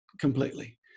completely